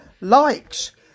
likes